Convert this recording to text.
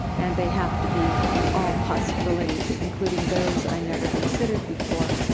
and they have to be in all possibilities, including those i never considered before.